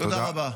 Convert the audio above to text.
תודה רבה.